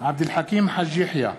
עבד אל חכים חאג' יחיא,